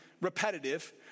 repetitive